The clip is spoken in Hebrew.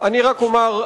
אני רק אומר,